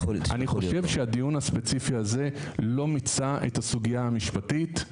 אני חושב שהדיון הספציפי הזה לא מיצה את הסוגייה המשפטית.